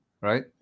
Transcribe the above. right